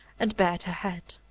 and bared her head.